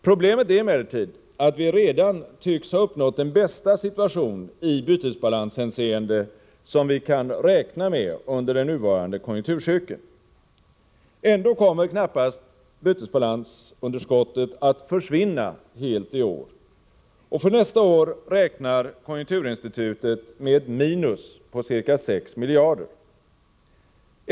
Problemet är emellertid att vi redan tycks ha uppnått den bästa situation i bytesbalanshänseende som vi kan räkna med under den nuvarande konjunkturcykeln. Ändå kommer knappast bytesbalansunderskottet att försvinna helt i år, och för nästa år räknar konjunkturinstitutet med ett minus på ca 6 miljarder.